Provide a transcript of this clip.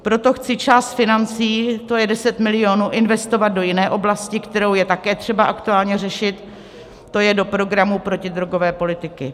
Proto chci část financí, to je 10 milionů, investovat do jiné oblasti, kterou je také třeba aktuálně řešit, to je do programu protidrogové politiky.